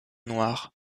noir